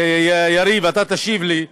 יריב, אתה תשיב לי,